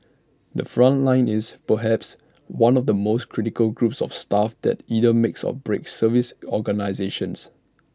the front line is perhaps one of the most critical groups of staff that either makes or breaks service organisations